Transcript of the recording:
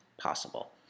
possible